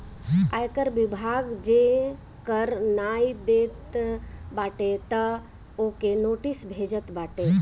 आयकर विभाग जे कर नाइ देत बाटे तअ ओके नोटिस भेजत बाटे